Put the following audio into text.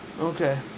Okay